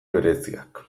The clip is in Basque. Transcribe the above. bereziak